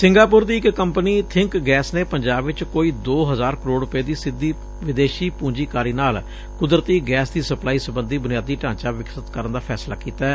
Singapore ਦੀ ਇਕ company Think Gas ਨੇ ਪੰਜਾਬ ਵਿਚ ਕੋਈ ਦੋ ਹਜ਼ਾਰ ਕਰੋੜ ਰੁਪੈ ਦੀ ਸਿੱਧੀ ਵਿਦੇਸ਼ੀ ਪੂੰਜੀਕਾਰੀ ਨਾਲ ਕੁਦਰਤੀ ਗੈਸ ਦੀ ਸਪਲਾਈ ਸਬੰਧੀ ਬੁਨਿਆਦੀ ਢਾਂਚਾ ਵਿਕਸਤ ਕਰਨ ਦਾ ਫੈਸਲਾ ਕੀਤੈ